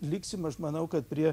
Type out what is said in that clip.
liksim aš manau kad prie